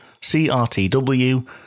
CRTW